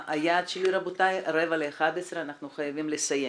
היעד הוא רבע ל-11:00, חייבים לסיים.